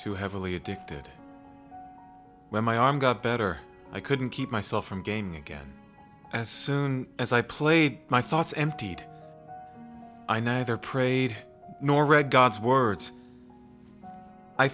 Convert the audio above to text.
too heavily addicted when my arm got better i couldn't keep myself from gaining again as soon as i played my thoughts emptied i neither prayed nor read god's words i